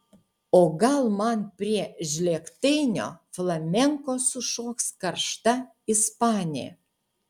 o gal man prie žlėgtainio flamenko sušoks karšta ispanė